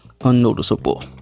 unnoticeable